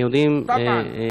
ערבים ויהודים כאחד.